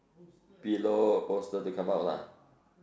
pillow bolster they come out lah